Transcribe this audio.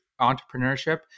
entrepreneurship